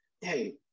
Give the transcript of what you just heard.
hey